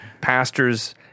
pastors